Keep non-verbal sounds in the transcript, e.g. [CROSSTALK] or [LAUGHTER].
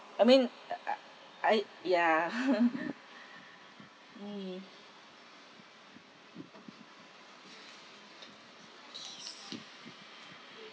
I mean uh uh I ya [LAUGHS] mm